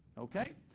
okay?